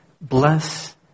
Bless